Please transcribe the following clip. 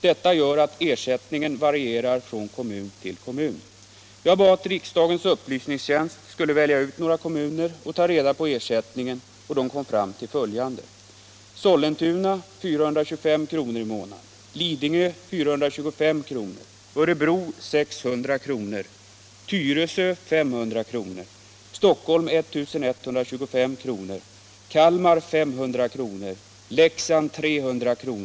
Detta gör att ersättningen varierar från kommun till kommun. Jag bad riksdagens upplysningstjänst att välja ut några kommuner och ta reda på ersättningen, och man kom fram till följande: Sollentuna 425 kr. i månaden, Lidingö 425 kr., Örebro 600 kr., Tyresö 500 kr., Stockholm 1125 kr., Kalmar 500 kr., Leksand 300 kr.